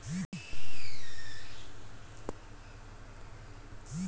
ಆಸಿಡಿಫೈಯರ್ಗಳು ಅಜೈವಿಕ ರಾಸಾಯನಿಕಗಳಾಗಿದ್ದು ಮಾನವನ ದೇಹಕ್ಕೆ ಹಾಕಿದಾಗ ಒಂದು ಆಮ್ಲವನ್ನು ಉತ್ಪಾದಿಸ್ತದೆ